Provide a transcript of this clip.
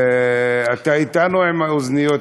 אתה אתנו או עם האוזניות,